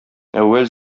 әүвәл